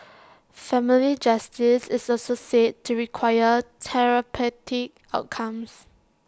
family justice is also said to require therapeutic outcomes